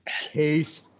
Case